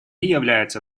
являются